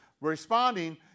responding